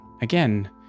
again